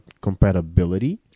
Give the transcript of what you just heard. compatibility